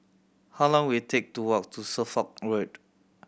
how long will it take to walk to Suffolk Road